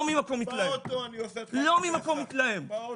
לא ממקום מתלהם -- באוטו אני עושה את חג הפסח.